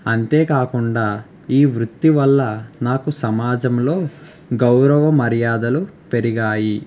అంతేకాకుండా ఈ వృత్తి వల్ల నాకు సమాజంలో గౌరవ మర్యాదలు పెరిగాయి